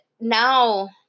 now